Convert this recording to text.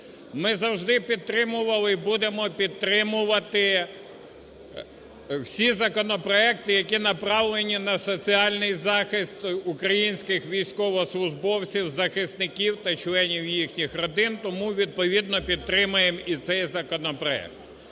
Ми завжди підтримували і будемо підтримувати всі законопроекти, які направлені на соціальний захист українських військовослужбовців, захисників та членів їхніх родин, тому відповідно підтримаємо і цей законопроект.